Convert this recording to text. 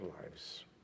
lives